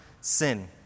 sin